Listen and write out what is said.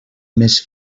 més